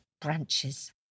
branches